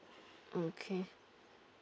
okay